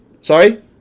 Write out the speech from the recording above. Sorry